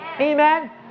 Amen